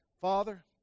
Father